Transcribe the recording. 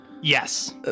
Yes